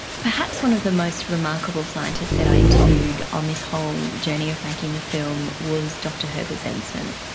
perhaps one of the most remarkable scientists that i interviewed on this whole journey of making the film was dr herbert benson,